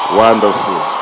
wonderful